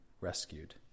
rescued